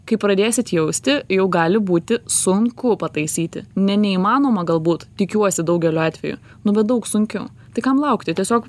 kai pradėsit jausti jau gali būti sunku pataisyti ne neįmanoma galbūt tikiuosi daugeliu atvejų nu bet daug sunkiau tai kam laukti tiesiog